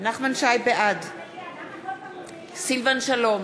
בעד סילבן שלום,